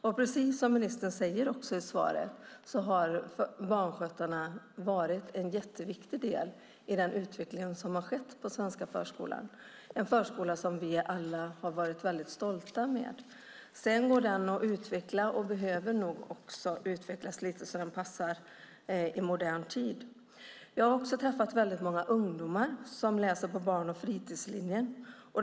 Men precis som ministern säger i svaret har barnskötarna varit en jätteviktig del i den utveckling som har skett inom den svenska förskolan, en förskola som vi alla har varit väldigt stolta över, även om förskolan nog ändå kan utvecklas lite så att den passar i modern tid. Jag har också träffat väldigt många ungdomar som läser på barn och fritidsprogrammet.